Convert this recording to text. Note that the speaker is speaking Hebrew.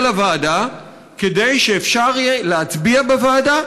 לוועדה כדי שאפשר יהיה להצביע בוועדה